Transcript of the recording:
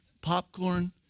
popcorn